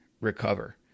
recover